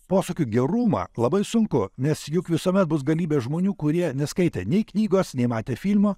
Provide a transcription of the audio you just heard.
posakių gerumą labai sunku nes juk visuomet bus galybė žmonių kurie neskaitę nei knygos nei matę filmo